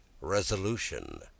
resolution